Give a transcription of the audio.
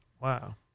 Wow